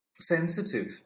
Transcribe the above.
sensitive